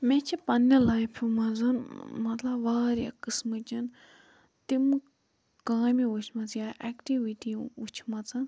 مےٚ چھِ پننہِ لایفہِ منٛز مطلب واریاہ قٕسمٕکیٚن تِم کامہِ وُچھمَژ یا ایٚکٹوِٹی وُچھمَژٕ